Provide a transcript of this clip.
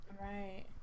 right